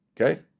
Okay